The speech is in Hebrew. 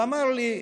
והוא אמר לי: